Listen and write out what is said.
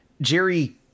Jerry